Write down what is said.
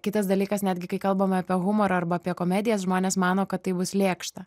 kitas dalykas netgi kai kalbame apie humorą arba apie komedijas žmonės mano kad tai bus lėkšta